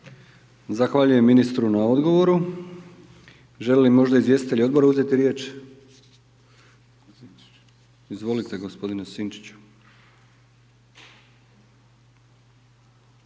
Zahvaljujem ministru na odgovoru. Želi li možda izvjestitelj Odbora uzeti riječ, izvolite gospodine Sinčiću.